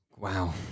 Wow